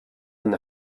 and